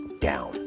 down